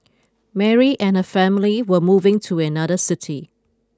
Mary and her family were moving to another city